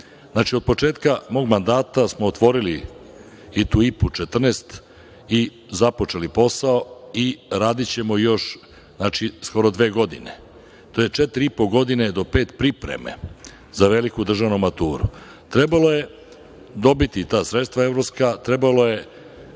posao. Znači, od početka mog mandata smo otvorili i tu IPA 14 i započeli posao i radićemo još skoro dve godine. To je četiri i po godine do pet pripreme za veliku državnu maturu. Trebalo je dobiti ta sredstva evropska, trebalo je